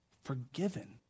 forgiven